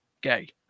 gay